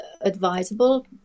advisable